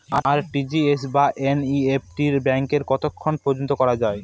RTGS বা NEFT ব্যাংকে কতক্ষণ পর্যন্ত করা যায়?